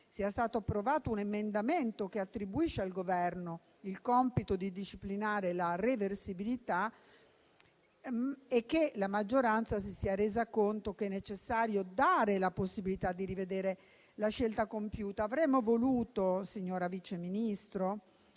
sia stato approvato un emendamento che attribuisce al Governo il compito di disciplinare la reversibilità e che la maggioranza si sia resa conto che è necessario dare la possibilità di rivedere la scelta compiuta. Avremmo voluto, signor Vice Ministro,